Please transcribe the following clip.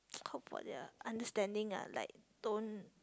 hope for their understanding ah like don't